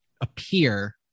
appear